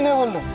don't